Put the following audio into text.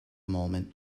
moment